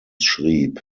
schrieb